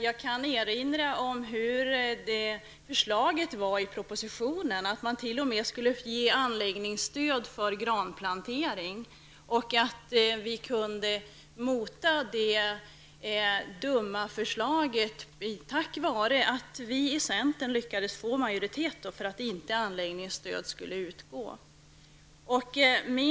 Jag kan erinra om att förslaget i propositionen t.o.m. innebar att man skulle ge anläggningsstöd för granplantering. Vi kunde stävja det dumma förslaget tack vare att vi i centern lyckades få majoritet för att anläggningsstöd inte skulle utgå.